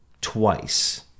twice